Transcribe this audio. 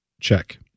Check